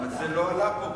אבל זה לא עלה פה בכלל.